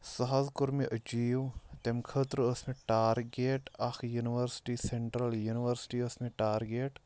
سُہ حظ کوٚر مےٚ أچیٖو تَمہِ خٲطرٕ ٲس مےٚ ٹارگیٹ اَکھ یونیورسٹی سٮ۪نٛٹرٛل یونیورسٹی ٲس مےٚ ٹارگیٹ